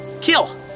kill